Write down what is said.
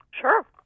Sure